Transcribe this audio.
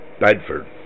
Bedford